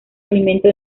alimento